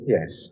Yes